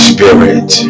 Spirit